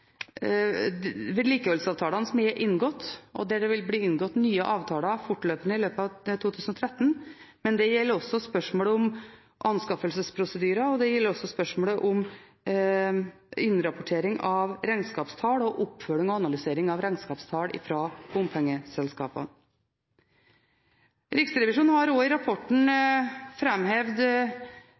som er inngått og der det vil bli inngått nye avtaler fortløpende i løpet av 2013. Det gjelder også spørsmålet om anskaffelsesprosedyrer, innrapportering av regnskapstall og oppfølging og analysering av regnskapstall fra bompengeselskapene. Riksrevisjonen har også i rapporten